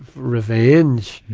revenge,